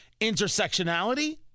Intersectionality